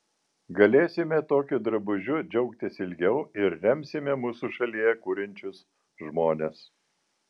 galėsime tokiu drabužiu džiaugtis ilgiau ir remsime mūsų šalyje kuriančius žmones